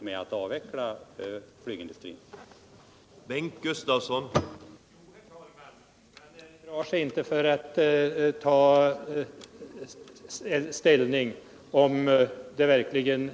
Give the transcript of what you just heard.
den det ej vill röstar nej. Försvarspolitiken,